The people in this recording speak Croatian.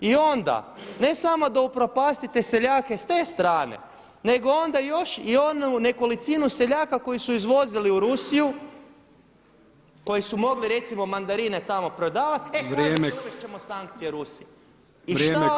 I onda ne samo da upropastite seljake s te strane nego onda još i onu nekolicinu seljaka koji su izvozili u Rusiju, koji su mogli recimo mandarine tamo prodavati e kaže uvesti ćemo sankcije Rusiji [[Upadica: Vrijeme kolega.]] I šta onda?